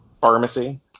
Pharmacy